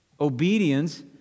Obedience